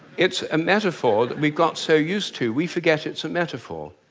it's a metaphor we've got so used to we forgot it's a metaphor.